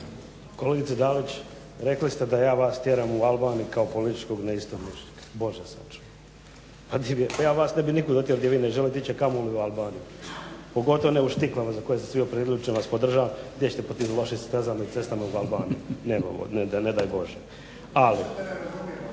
Kolegice Dalić, rekli ste da ja vas tjeram u Albaniju kao političkog neistomišljenika. Bože sačuvaj, pa ja vas ne bih nikud otjerao gdje vi ne želite ići, a kamoli u Albaniju, pogotovo ne u štiklama za koje ste se vi opredijelili, u čemu vas podržavam, gdje ćete po tim vašim stazama i cestama u Albaniju. Ne daj Bože. …